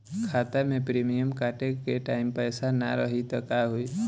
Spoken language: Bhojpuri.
खाता मे प्रीमियम कटे के टाइम पैसा ना रही त का होई?